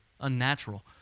Unnatural